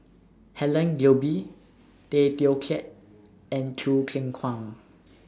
Helen Gilbey Tay Teow Kiat and Choo Keng Kwang